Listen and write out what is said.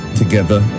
together